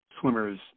swimmers